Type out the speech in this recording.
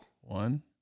One